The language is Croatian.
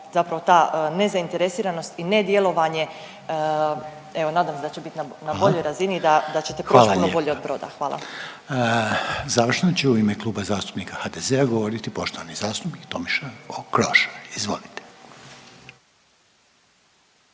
zapravo ta nezainteresiranost i nedjelovanje evo nadam se da će biti na boljoj razini, … …/Upadica Reiner: Hvala./… … da ćete proći puno bolje od Broda. Hvala. **Reiner, Željko (HDZ)** Završno će u ime Kluba zastupnika HDZ-a govoriti poštovani zastupnik Tomislav Okroša. Izvolite.